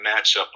matchup